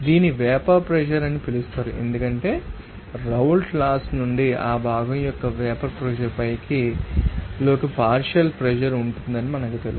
దీనిని vapour pressure అని పిలుస్తారు ఎందుకంటే రౌల్ట్ లాస్ నుండి ఆ భాగం యొక్క వేపర్ ప్రెషర్ పై xi లోకి పార్షియల్ ప్రెషర్ ఉంటుందని మాకు తెలుసు